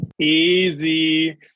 Easy